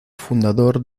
fundador